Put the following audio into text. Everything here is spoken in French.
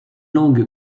langue